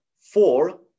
Four